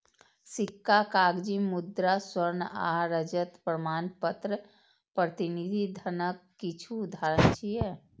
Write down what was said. सिक्का, कागजी मुद्रा, स्वर्ण आ रजत प्रमाणपत्र प्रतिनिधि धनक किछु उदाहरण छियै